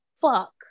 Fuck